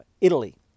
Italy